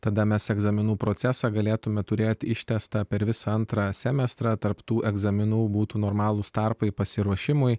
tada mes egzaminų procesą galėtumėme turėti ištęstą per visą antrą semestrą tarp tų egzaminų būtų normalūs tarpai pasiruošimui